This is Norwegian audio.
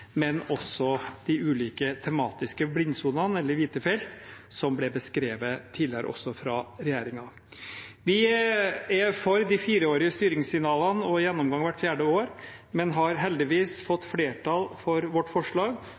men også de ulike tematiske blindsonene eller hvite flekkene som er beskrevet tidligere, også av regjeringen. Vi er for de fireårige styringssignalene og gjennomgang hvert fjerde år, men har heldigvis fått flertall for vårt forslag